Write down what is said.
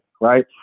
right